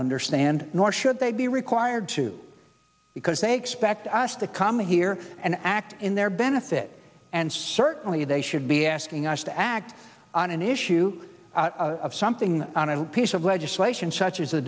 understand nor should they be required to because they expect us to come here and act in their benefit and certainly they should be asking us to act on an issue of something on a piece of legislation